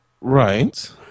Right